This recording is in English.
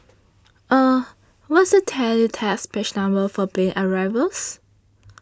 eh what's the teletext page number for plane arrivals